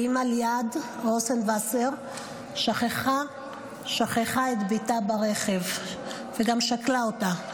האימא ליעד רוזנווסר שכחה את ביתה ברכב וגם שכלה אותה,